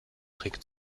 trick